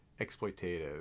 exploitative